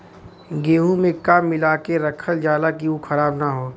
गेहूँ में का मिलाके रखल जाता कि उ खराब न हो?